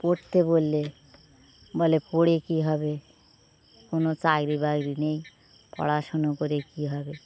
পড়তে বললে বলে পড়ে কী হবে কোনো চাকরি বাকরি নেই পড়াশুনো করে কী হবে